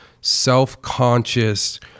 self-conscious